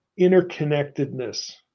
interconnectedness